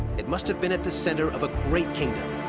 it must have been at the center of a great kingdom,